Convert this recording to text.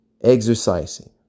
exercising